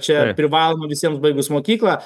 čia privaloma visiems baigus mokyklą